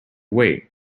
wait